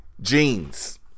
Jeans